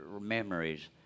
memories